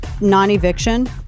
non-eviction